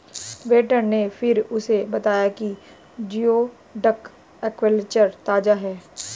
waiter ने फिर उसे बताया कि जिओडक एक्वाकल्चर ताजा है